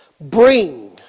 Bring